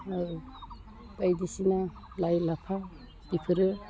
बायदिसिना लाइ लाफा बेफोरो